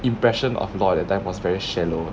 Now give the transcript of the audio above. impression of law that time was very shallow